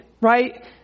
right